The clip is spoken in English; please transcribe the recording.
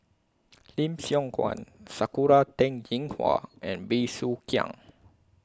Lim Siong Guan Sakura Teng Ying Hua and Bey Soo Khiang